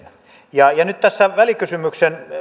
ja ja nyt tässä välikysymyksen